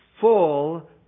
full